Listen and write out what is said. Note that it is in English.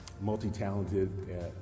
multi-talented